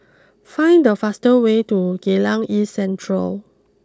find the fastest way to Geylang East Central